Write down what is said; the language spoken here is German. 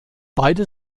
beide